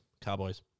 Cowboys